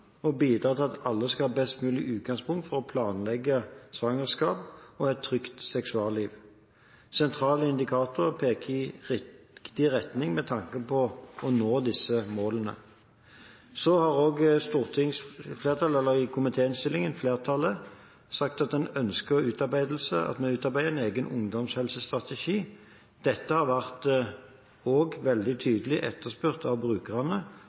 og bidra til at alle skal ha best mulig utgangspunkt for å planlegge svangerskap og et trygt seksualliv. Sentrale indikatorer peker i riktig retning med tanke på å nå disse målene. Flertallet i komitéinnstillingen har sagt at en ønsker at en utarbeider en egen ungdomshelsestrategi. Dette har også vært veldig tydelig etterspurt av brukerne,